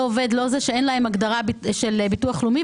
לא עובד, לא זה, אין להם הגדרה של הביטוח הלאומי.